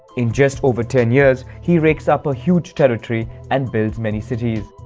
in just over ten years, he rakes up a huge territory and builds many cities.